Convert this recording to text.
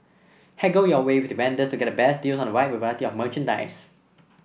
haggle your way with the vendors to get the best deals on a wide variety of merchandise